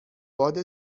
باد